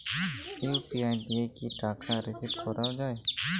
UPI দিয়ে কি টাকা রিসিভ করাও য়ায়?